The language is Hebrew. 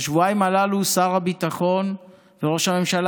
בשבועיים הללו שר הביטחון וראש הממשלה